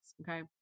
Okay